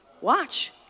Watch